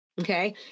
Okay